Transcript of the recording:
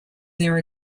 their